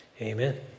Amen